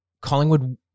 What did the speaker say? Collingwood